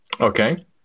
Okay